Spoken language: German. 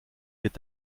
wird